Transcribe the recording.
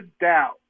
doubt